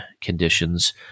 conditions